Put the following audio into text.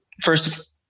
first